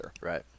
Right